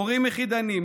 הורים יחידנים,